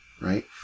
right